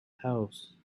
house